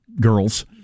girls